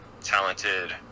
talented